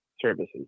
services